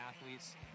athletes